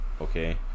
Okay